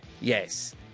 Yes